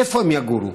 איפה הם יגורו?